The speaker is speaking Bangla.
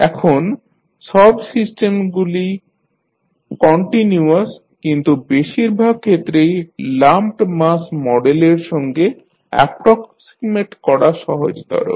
এখন সব সিস্টেমগুলি কন্টিনিউয়াস কিন্তু বেশিরভাগ ক্ষেত্রেই লাম্পড মাস মডেলের সঙ্গে অ্যাপ্রক্সিমেট করা সহজতর